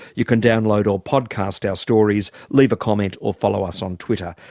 you can download or podcast our stories, leave a comment or follow us on twitter.